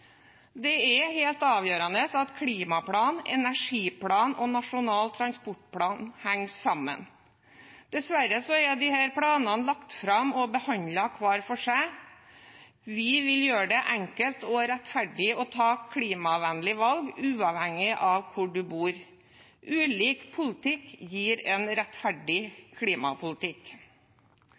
Det er helt avgjørende at klimaplan, energiplan og Nasjonal transportplan henger sammen. Dessverre er disse planene lagt fram og behandlet hver for seg. Vi vil gjøre det enkelt og rettferdig å ta klimavennlige valg, uavhengig av hvor man bor. Ulik politikk gir en rettferdig klimapolitikk.